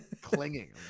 Clinging